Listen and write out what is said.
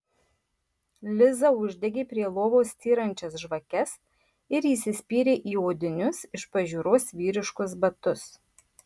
liza uždegė prie lovos styrančias žvakes ir įsispyrė į odinius iš pažiūros vyriškus batus